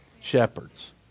shepherds